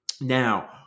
now